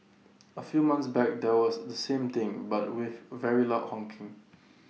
A few month back there was the same thing but with very loud honking